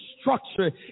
structure